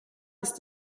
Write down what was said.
ist